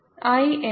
I എന്താണ്